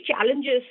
challenges